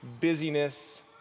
busyness